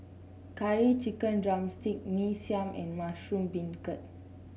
Curry Chicken drumstick Mee Siam and Mushroom Beancurd